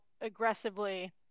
aggressively